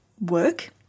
work